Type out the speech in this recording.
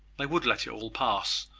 they would let it all pass,